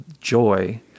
joy –